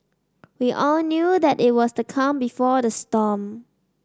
we all knew that it was the calm before the storm